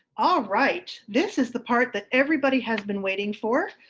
all right. this is the part that everybody has been waiting for.